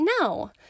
No